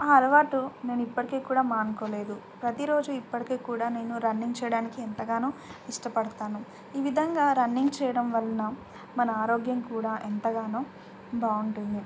ఆ అలవాటు నేను ఇప్పటికీ కూడా మానుకోలేదు ప్రతిరోజు ఇప్పటికే కూడా నేను రన్నింగ్ చేయడానికి ఎంతగానో ఇష్టపడతాను ఈ విధంగా రన్నింగ్ చేయడం వలన మన ఆరోగ్యం కూడా ఎంతగానో బాగుంటుంది